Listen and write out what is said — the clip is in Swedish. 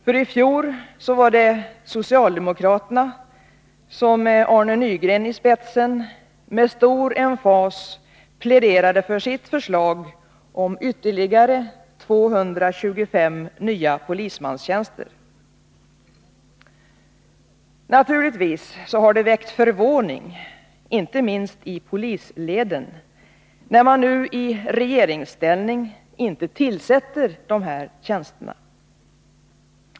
I fjol var det socialdemokraterna som med Arne Nygren i spetsen med stor emfas pläderade för sitt förslag om ytterligare 225 nya polismanstjänster. Naturligtvis har det väckt förvåning, inte minst i polisleden, när man nu i regeringsställning inte tillsätter dessa tjänster.